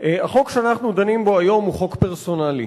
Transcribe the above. החוק שאנחנו דנים בו היום הוא חוק פרסונלי,